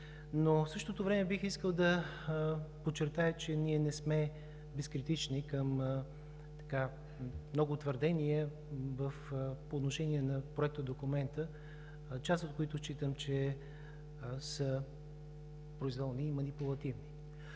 Но в същото време бих искал да подчертая, че ние не сме безкритични към много твърдения по отношение на Проектодокумента, част от които считам, че са произволни и манипулативни.